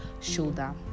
shoulder